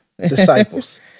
disciples